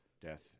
Death